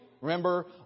Remember